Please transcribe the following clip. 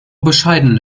bescheidene